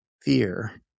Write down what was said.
fear